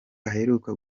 aheruka